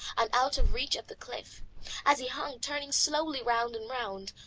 and out of reach of the cliff as he hung turning slowly round and round,